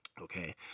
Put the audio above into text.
Okay